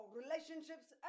relationships